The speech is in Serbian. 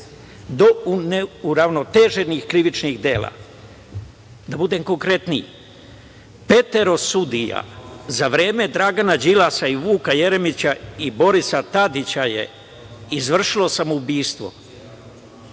do neuravnoteženih krivičnih dela. Da budem konkretniji, pet sudija za vreme Dragana Đilasa, Vuka Jeremića i Borisa Tadića je izvršilo samoubistvo.